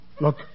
Look